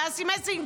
לאסי מסינג,